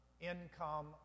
income